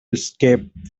escape